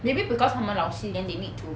maybe because 他们老师 then they need to